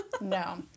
No